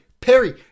Perry